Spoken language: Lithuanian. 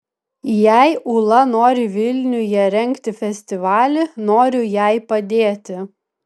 jei ūla nori vilniuje rengti festivalį noriu jai padėti